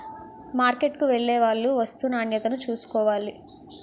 మార్కెట్కు వెళ్లేవాళ్లు వస్తూ నాణ్యతను చూసుకోవాలి